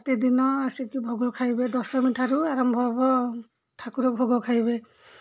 ପ୍ରତିଦିନ ଆସିକି ଭୋଗ ଖାଇବେ ଦଶମୀ ଠାରୁ ଆରମ୍ଭ ହବ ଠାକୁର ଭୋଗ ଖାଇବେ